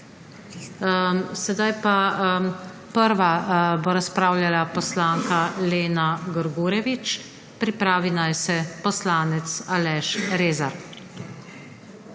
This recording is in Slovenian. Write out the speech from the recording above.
razpravo. Prva bo razpravljala poslanka Lena Grgurevič, pripravi naj se poslanec Aleš Rezar.